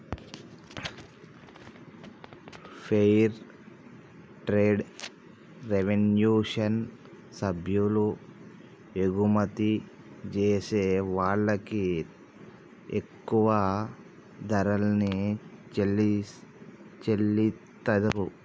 fair trade revolution సభ్యులు ఎగుమతి జేసే వాళ్ళకి ఎక్కువ ధరల్ని చెల్లిత్తారు